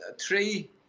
Three